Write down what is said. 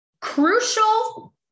crucial